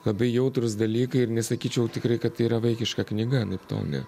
labai jautrūs dalykai ir nesakyčiau tikrai kad tai yra vaikiška knyga anaiptol ne